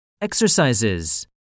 Exercises